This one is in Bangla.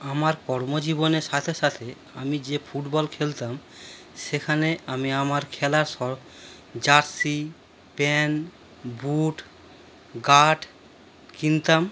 আমার কর্মজীবনের সাথে সাথে আমি যে ফুটবল খেলতাম সেখানে আমি আমার খেলার স জার্সি প্যান্ট বুট গার্ড কিনতাম